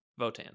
Votan